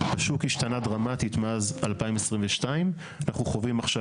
השוק השתנה דרמטית מאז 2022. אנחנו חווים עכשיו,